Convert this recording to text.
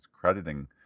crediting